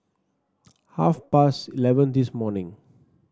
half past eleven this morning